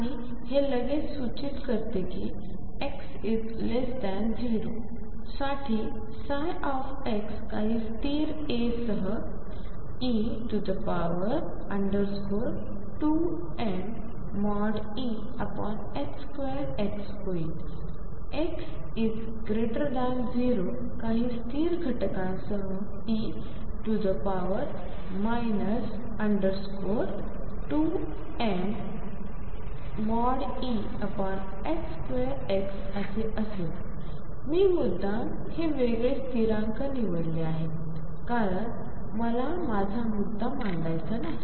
आणि हे लगेच सूचित करते की x0 साठी काही स्थिर A सह e2mE2x होईल x0 काही स्थिर घटकांसहe 2mE2x असे असेल मी मुद्दाम हे वेगळे स्थिरांक निवडले आहेत कारण मला मुद्दा मांडायचा नाही